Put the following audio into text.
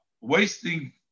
wasting